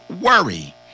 worry